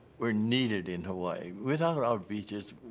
were needed in hawai'i. without our our beaches,